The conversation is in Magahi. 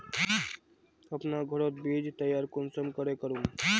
अपना घोरोत बीज तैयार कुंसम करे करूम?